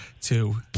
two